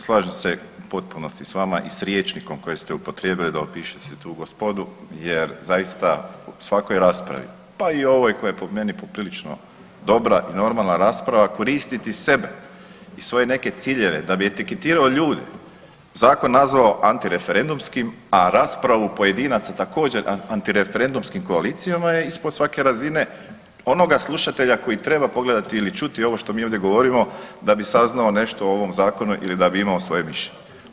Slažem se u potpunosti s vama i s rječnikom koji ste upotrijebili da opišete tu gospodu, jer zaista u svakoj raspravi, pa i ovoj koja je po meni poprilično dobra i normalna rasprava koristiti sebe i svoje neke ciljeve da bi etiketirao ljude zakon nazvao antireferendumskim, a raspravu pojedinaca također antireferendumskim koalicijama je ispod svake razine onoga slušatelja koji treba pogledati ili čuti ovo što mi ovdje govorimo da bi saznao nešto o ovom Zakonu ili da bi imao svoje mišljenje.